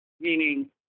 meaning